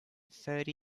thirty